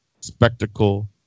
spectacle